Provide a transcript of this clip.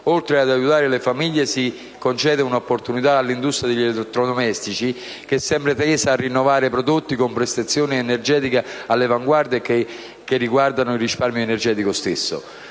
Oltre ad aiutare le famiglie, si concede un'opportunità all'industria degli elettrodomestici, che è sempre tesa a rinnovare prodotti con prestazioni energetiche all'avanguardia, riguardanti lo stesso risparmio energetico.